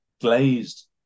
glazed